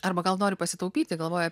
arba gal nori pasitaupyti galvoja